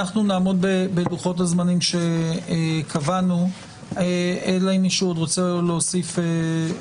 אנחנו נעמוד בלוחות הזמנים שקבענו אלא אם מישהו רוצה להוסיף